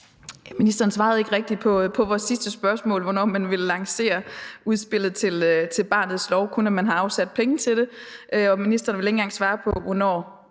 Ministeren svarede ikke rigtig på vores sidste spørgsmål om, hvornår man ville lancere udspillet til barnets lov – kun at man har afsat penge til det. Og ministeren ville ikke engang svare på, hvornår